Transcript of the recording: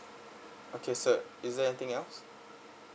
okay sir is there anything else